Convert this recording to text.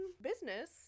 business